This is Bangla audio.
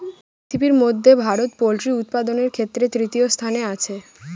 পৃথিবীর মধ্যে ভারত পোল্ট্রি উৎপাদনের ক্ষেত্রে তৃতীয় স্থানে আছে